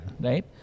Right